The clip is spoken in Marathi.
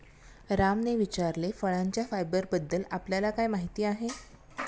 रामने विचारले, फळांच्या फायबरबद्दल आपल्याला काय माहिती आहे?